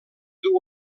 duu